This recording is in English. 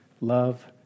love